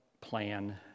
plan